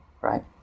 right